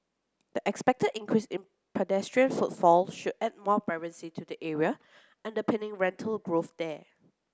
the expected increase in pedestrian footfall should add more vibrancy to the area underpinning rental growth there